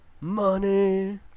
Money